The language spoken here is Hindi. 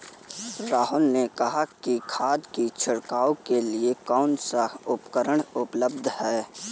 राहुल ने कहा कि खाद की छिड़काव के लिए कौन सा उपकरण उपलब्ध है?